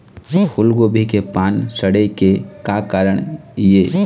फूलगोभी के पान सड़े के का कारण ये?